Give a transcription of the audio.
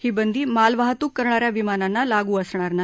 ही बंदी मालवाहतूक करणा या विमानांना लागू असणार नाही